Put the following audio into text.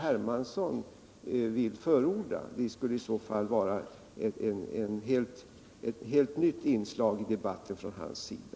Hermansson vill förorda — det skulle i så fall vara ett helt nytt inslag i debatten från hans sida.